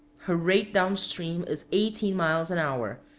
her rate down stream is eighteen miles an hour,